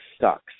sucks